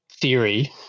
theory